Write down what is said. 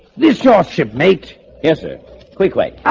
this your ah shipmate. is it quickly?